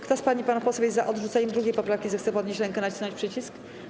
Kto z pań i panów posłów jest za odrzuceniem 2. poprawki, zechce podnieść rękę i nacisnąć przycisk.